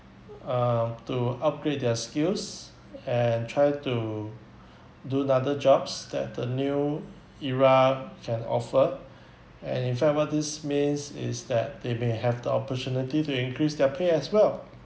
uh to upgrade their skills and try to do another jobs that the new era can offer and in fact what this means is that they may have the opportunity to increase their pay as well